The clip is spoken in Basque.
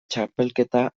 txapelketa